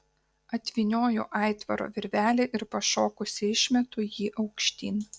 atvynioju aitvaro virvelę ir pašokusi išmetu jį aukštyn